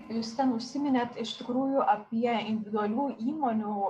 jūs ten užsiminėt iš tikrųjų apie individualių įmonių